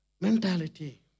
mentality